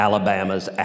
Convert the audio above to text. Alabama's